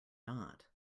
not